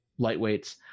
lightweights